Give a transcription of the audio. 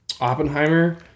Oppenheimer